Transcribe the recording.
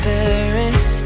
Paris